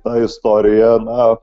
ta istorija na